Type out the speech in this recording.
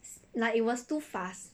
like it was too fast